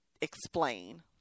explain